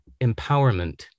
empowerment